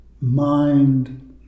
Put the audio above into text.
mind